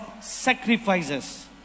sacrifices